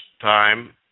time